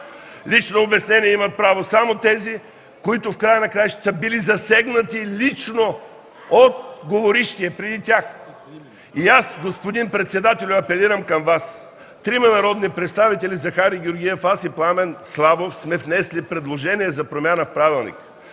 лично обяснение имат право само тези, които в края на краищата са били засегнати лично от говорившия преди тях. (Реплики от ГЕРБ.) Господин председателю, апелирам към Вас – трима народни представители: Захари Георгиев, аз и господин Пламен Славов, сме внесли предложение за промяна в правилника,